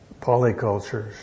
polycultures